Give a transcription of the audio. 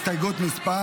הסתייגות מס'